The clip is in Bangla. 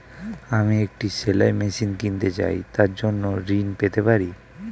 আমি একটি সেলাই মেশিন কিনতে চাই তার জন্য ঋণ পেতে পারি?